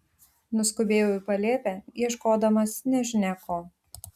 nuskubėjau į palėpę ieškodamas nežinia ko